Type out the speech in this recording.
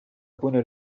poner